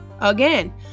again